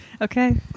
Okay